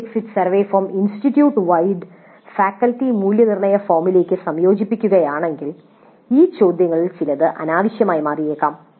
course exit survey form institute wide faculty മൂല്യനിർണ്ണയ ഫോമിലേക്ക് സംയോജിപ്പിക്കുകയാണെങ്കിൽ ഈ ചോദ്യങ്ങളിൽ ചിലത് അനാവശ്യമായി മാറിയേക്കാം